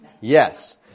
Yes